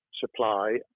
supply